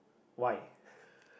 why